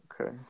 Okay